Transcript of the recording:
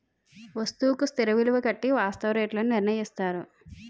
వస్తువుకు స్థిర విలువ కట్టి వాస్తవ రేట్లు నిర్ణయిస్తారు